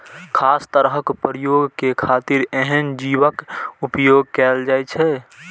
खास तरहक प्रयोग के खातिर एहन जीवक उपोयग कैल जाइ छै